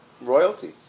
royalty